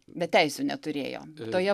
bet teisių neturėjo toje